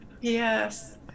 Yes